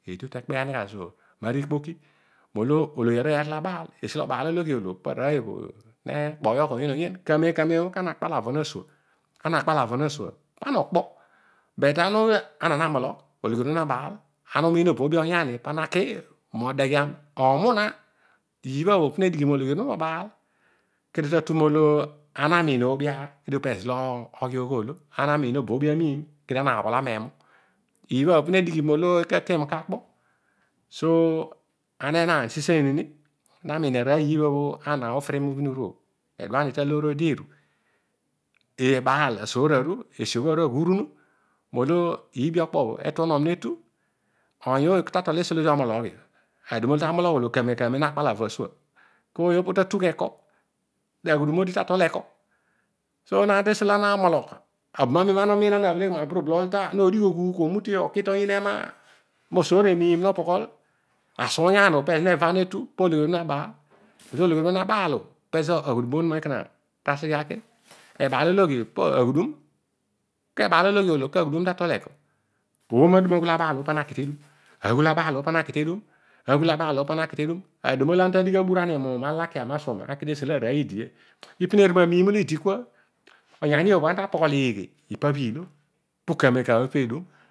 Eedi etu ekpee ani gha zoor mikpoki molo ologhi arooy atol abaal ebaal ologhi olo po arooy o nekpoiyogh oyen oyen kamen kamem kana na kpal avo onuma asua pana okpo but ana na mologh ologhi onuma nabaal umiin obeebi oyani pana ki modeghian omuna iibha bho panedighi mologhi ezira mobaal kedio tatu molo ana miin oobi aar kedio pezo logho odo ana miin oboobi amiin kedio anaabhala meemu iibhabho nedighi molo ooy kakem kakpo. So ana enaan seseiy ni ebaal asoor aru esiobho aru aghuurunu molo iibi okpobho etuouom na etu oiy ooy kuta tol esi olo odi omologhio aduma lo ta mologh olo aghudum odi ku tatol eko? So ana rol tesi olo ana mologh obam amem ana bhelegh ma burubolo ta nodigh oghuugh nomute oki toyiin ema, no soore miim nopoghol, asughuuyaan neva netu ologhi onuma nabaal ebaal ologhi aghuudum ebaalologhi oolo kana tatugh eko? Ooma duma pana ki tedum aghuul abaal o pana kii tedum aduma lo ana ta digh abura ni muum alakia mo soma aki ani tesi olo arooy idi ipine ru ma miim olo idi kua oyani obho ana tapoghol eeghe pabha iilo pu kamem kemem o pedua